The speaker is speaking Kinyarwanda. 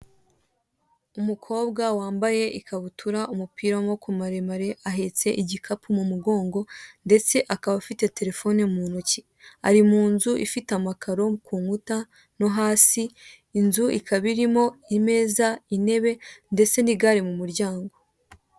Umukobwa wambaye ikabutura, umupira w'amaboko maremare, ahetse igikapu mu mugongo ndetse akaba afite terefone mu ntoki, ari mu nzu ifite amakaro ku nkuta no hasi, inzu ikaba irimo imeza, intebe, ndetse n'igare mu muryango.